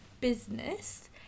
business